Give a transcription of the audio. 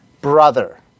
brother